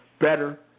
better